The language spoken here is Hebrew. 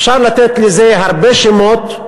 אפשר לתת לזה הרבה שמות: